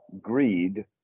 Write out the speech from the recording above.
greed